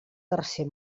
tercer